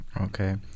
Okay